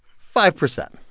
five percent.